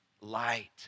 light